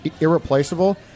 irreplaceable